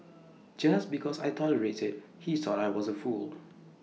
just because I tolerated he thought I was A fool